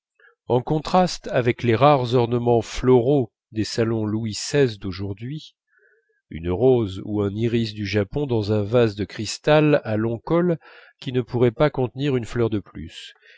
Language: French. en contraste avec les rares ornements floraux des salons louis xvi d'aujourd'hui une rose ou un iris du japon dans un vase de cristal à long col qui ne pourrait pas contenir une fleur de plus